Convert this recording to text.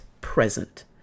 present